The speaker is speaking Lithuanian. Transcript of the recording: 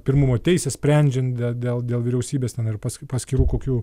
pirmumo teisę sprendžiant dė dėl dėl vyriausybės ir pas paskirų kokių